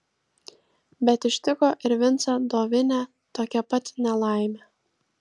bet ištiko ir vincą dovinę tokia pat nelaimė